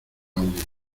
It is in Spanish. audi